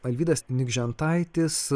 alvydas nikžentaitis